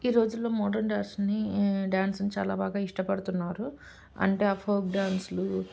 ఈ రోజుల్లో మోడర్న్ డ్యాన్స్ని డ్యాన్స్ని చాలా బాగా ఇష్టపడుతున్నారు అంటే ఆ ఫోక్ డ్యాన్సులు